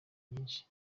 nyinshi